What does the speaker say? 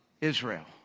Israel